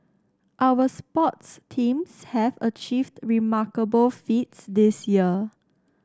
our sports teams have achieved remarkable feats this year